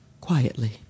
quietly